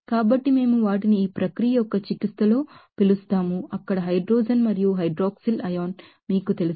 కాబట్టి మేము వాటిని ఈ ప్రక్రియ యొక్క చికిత్సలో పిలుస్తాము అక్కడ హైడ్రోజన్ మరియు హైడ్రాక్సిల్ అయాన్ మీకు తెలుసు